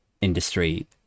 industry